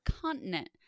continent